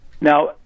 now